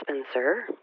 Spencer